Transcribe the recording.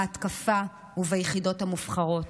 ההתקפה וביחידות המובחרות.